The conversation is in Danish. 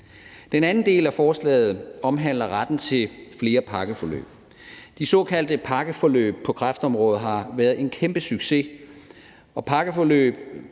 Den anden del af forslaget omhandler retten til flere pakkeforløb. De såkaldte pakkeforløb på kræftområdet har været en kæmpesucces. Pakkeforløb